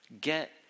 get